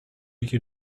you